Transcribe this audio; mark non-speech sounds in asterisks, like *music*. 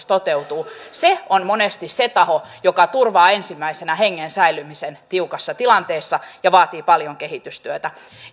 *unintelligible* toteutuu se on monesti se taho joka turvaa ensimmäisenä hengen säilymisen tiukassa tilanteessa ja se vaatii paljon kehitystyötä